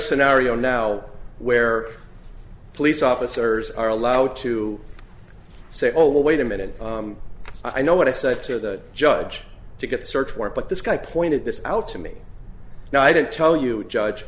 scenario now where police officers are allowed to say oh well wait a minute i know what i said to the judge to get a search warrant but this guy pointed this out to me now i didn't tell you judge